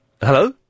Hello